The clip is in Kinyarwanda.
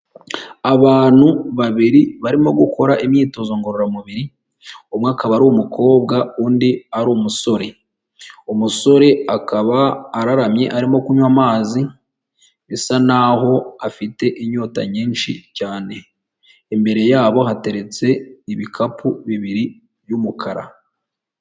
Abantu babiri barimo gukora imyitozo ngororamubiri umwe akaba ari umukobwa undi ari umusore, umusore akaba araramye arimo kunywa amazi bisa naho afite inyota nyinshi cyane, imbere yabo hateretse ibikapu bibiri by'umukara.